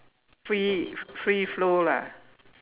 free free flow lah